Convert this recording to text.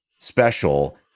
special